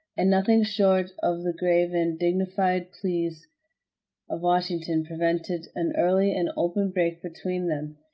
and nothing short of the grave and dignified pleas of washington prevented an early and open break between them.